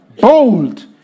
bold